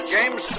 James